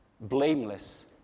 blameless